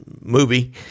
movie